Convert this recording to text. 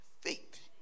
faith